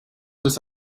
this